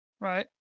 Right